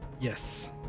Yes